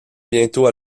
bientôt